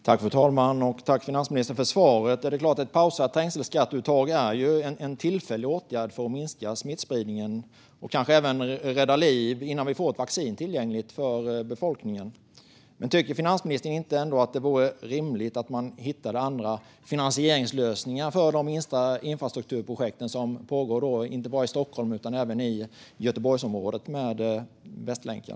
Frau talman! Tack, finansministern, för svaret! Det är klart att ett pausat trängselskattuttag är en tillfällig åtgärd för att minska smittspridningen och kanske även rädda liv innan vi får ett vaccin tillgängligt för befolkningen. Tycker finansministern ändå inte att det vore rimligt att man hittade andra finansieringslösningar för de infrastrukturprojekt som pågår inte bara i Stockholm utan även i Göteborgsområdet, med Västlänken?